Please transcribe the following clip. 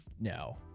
no